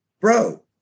bro